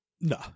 No